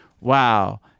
wow